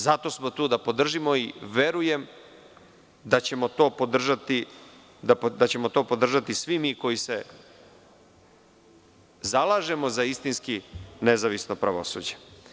Zato smo tu da podržimo i verujem da ćemo to podržati svi mi koji se zalažemo za istinski nezavisno pravosuđe.